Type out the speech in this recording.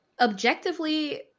objectively